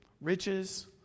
riches